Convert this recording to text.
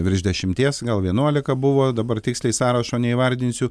virš dešimties gal vienuolika buvo dabar tiksliai sąrašo neįvardinsiu